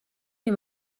les